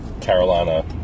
Carolina